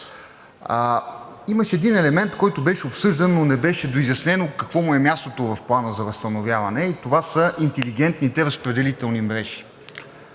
имаше един елемент, който беше обсъждан, но не беше доизяснено какво му е мястото в Плана за възстановяване и това са интелигентните разпределителни мрежи